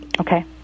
Okay